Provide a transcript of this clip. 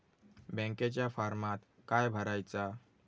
बँकेच्या फारमात काय भरायचा?